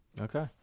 Okay